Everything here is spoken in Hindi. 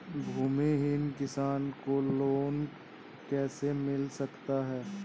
भूमिहीन किसान को लोन कैसे मिल सकता है?